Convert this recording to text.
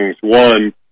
One